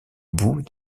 bout